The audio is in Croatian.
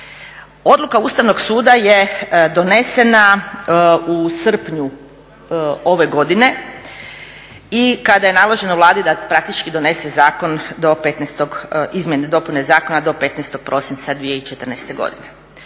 Odluka Ustavnog suda je donesena u srpnju ove godine i kada je naloženo Vladi da praktički donese zakon do 15.-og, izmjene i dopune